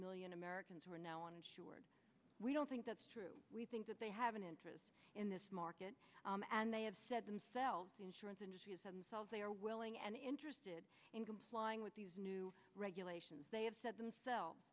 million americans who are now on insured we don't think that's true we think that they have an interest in this market and they have said themselves the insurance industry is themselves they are willing and interested in complying with these new regulations they have said themselves